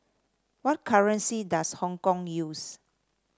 what currency does Hong Kong use